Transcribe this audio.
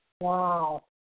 Wow